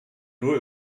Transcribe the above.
nur